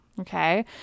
Okay